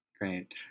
Great